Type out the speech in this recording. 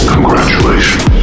Congratulations